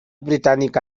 británica